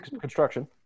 Construction